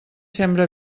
sembra